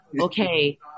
Okay